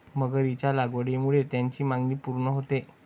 मगरीच्या लागवडीमुळे त्याची मागणी पूर्ण होते